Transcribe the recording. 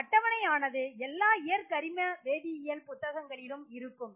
இந்த அட்டவணை ஆனது எல்லா இயற் கரிம வேதியியல் புத்தகங்களிலும் இருக்கும்